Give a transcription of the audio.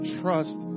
trust